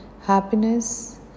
happiness